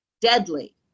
deadly